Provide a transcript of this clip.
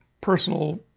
personal